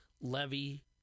levy